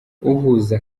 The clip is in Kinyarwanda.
uhuza